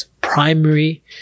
primary